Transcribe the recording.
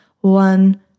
one